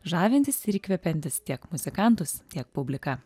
žavintis ir įkvepiantis tiek muzikantus tiek publiką